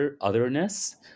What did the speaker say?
otherness